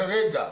כרגע,